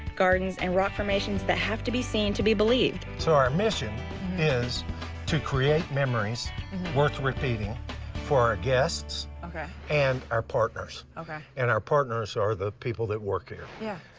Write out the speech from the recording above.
gardens and rock formations that have to be seen to be believed. so our mission is to create memories worth repeating for our guests. okay. and our partners. okay. and our partners are the people that work here. yeah.